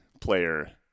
player